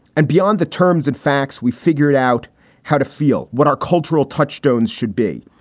and beyond the terms and facts, we figured out how to feel what our cultural touchstones should be.